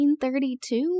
1932